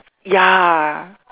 ya